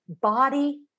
body